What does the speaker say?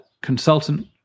consultant